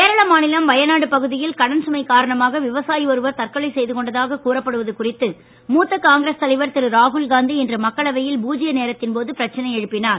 கேரள மாநிலம் வயநாடு பகுதியில் கடன் சுமை காரணமாக விவசாயி ஒருவர் தற்கொலை செய்து கொண்டதாக கூறப்படுவது குறித்து மூத்த காங்கிரஸ் தலைவர் திரு ராகுல் காந்தி இன்று மக்களவையில் பூஜ்ய நேரத்தின் போது பிரச்சனை எழுப்பினார்